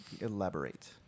elaborate